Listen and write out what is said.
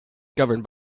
governed